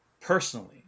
personally